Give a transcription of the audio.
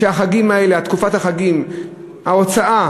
ולפיו בתקופת החגים ההוצאה